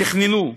תכננו.